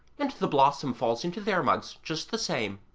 and the blossom falls into their mugs just the same.